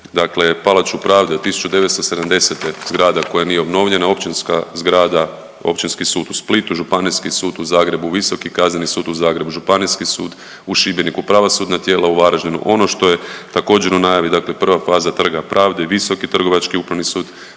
dakle Palaču pravde od 1970. zagrada koja nije obnovljena, općinska zgrada Općinski sud u Splitu, Županijski sud u Zagrebu, Visoki kazneni sud u Zagrebu, Županijski sud u Šibeniku, pravosudna tijela u Varaždinu. Ono što je također u najavi, dakle prva faza Trga pravde i Visoki trgovački upravni sud,